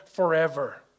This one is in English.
forever